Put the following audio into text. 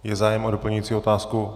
Je zájem o doplňující otázku?